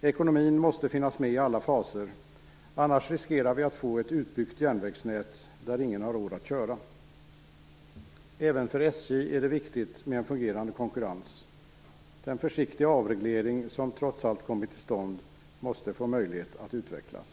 Ekonomin måste finnas med i alla faser, annars riskerar vi få ett utbyggt järnvägsnät där ingen har råd att köra. Även för SJ är det viktigt med en fungerande konkurrens. Den försiktiga avreglering som trots allt kommit till stånd måste få möjlighet att utvecklas.